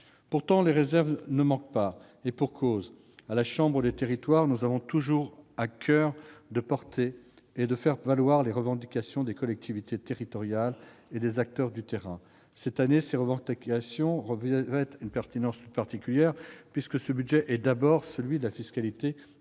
Pourtant, les réserves ne manquent pas. Et pour cause : élus à la chambre des territoires, nous avons toujours à coeur de relayer et de faire valoir les revendications des collectivités territoriales et des acteurs du terrain. Cette année, ces revendications ont une pertinence toute particulière, puisque ce budget est d'abord celui de la fiscalité